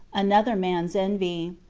another man's envy.